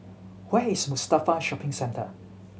where is Mustafa Shopping Centre